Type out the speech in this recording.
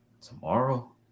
tomorrow